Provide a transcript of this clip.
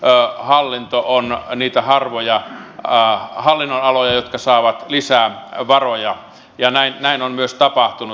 puolustushallinto on niitä harvoja hallinnonaloja jotka saavat lisää varoja ja näin on myös tapahtunut